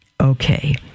Okay